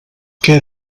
què